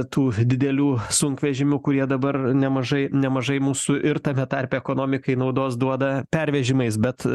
tų didelių sunkvežimių kurie dabar nemažai nemažai mūsų ir tame tarpe ekonomikai naudos duoda pervežimais bet